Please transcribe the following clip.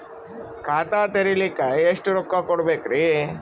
ಖಾತಾ ತೆರಿಲಿಕ ಎಷ್ಟು ರೊಕ್ಕಕೊಡ್ಬೇಕುರೀ?